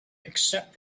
except